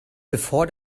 bevor